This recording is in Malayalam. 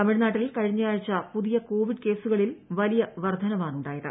തമിഴ് നാട്ടിൽ കഴിഞ്ഞയാഴ്ച പുതിയ കോവിഡ് കേസുകളിൽ വലിയ വർധനവാണുണ്ടായത്